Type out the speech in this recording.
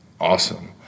Awesome